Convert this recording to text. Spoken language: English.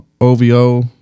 OVO